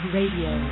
Radio